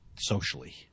socially